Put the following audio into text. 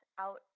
out